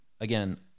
again